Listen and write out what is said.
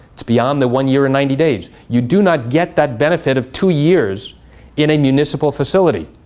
it's beyond the one year and ninety days. you do not get that benefit of two years in a municipal facility.